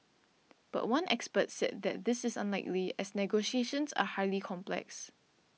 but one expert said that this is unlikely as negotiations are highly complex